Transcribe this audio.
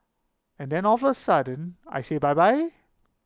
and then offer sudden I say bye bye